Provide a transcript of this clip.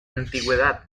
antigüedad